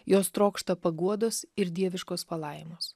jos trokšta paguodos ir dieviškos palaimos